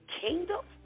kingdom